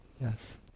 yes